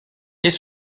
est